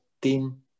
team